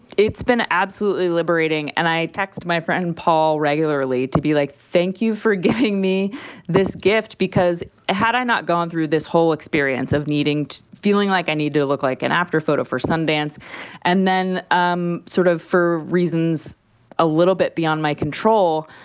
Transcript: it's been absolutely liberating. and i text my friend paul regularly to be like, thank you for giving me this gift, because had i not gone through this whole experience of needing to feeling like i need to look like an after photo for sundance and then um sort of for reasons a little bit beyond my control,